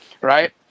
right